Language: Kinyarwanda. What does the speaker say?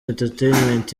entertainment